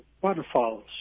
waterfalls